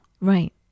Right